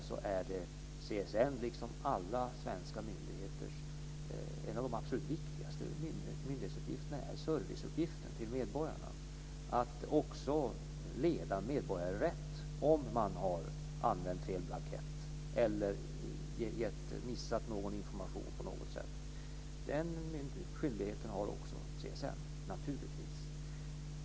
Sedan är en av CSN:s, liksom alla svenska myndigheters, absolut viktigaste myndighetsuppgifter servicen till medborgarna och att leda medborgare rätt om man har använt fel blankett eller missat någon information på något sätt. Den skyldigheten har naturligtvis också CSN.